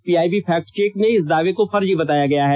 PIB fact check में इस दावे को फर्जी बताया है